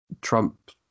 trump